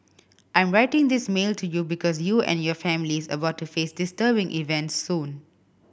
I am writing this mail to you because you and your family is about to face disturbing events soon